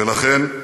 ולכן,